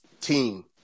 team